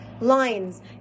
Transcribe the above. Lines